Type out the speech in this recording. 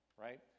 right